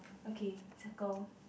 okay